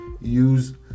use